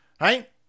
right